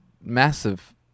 massive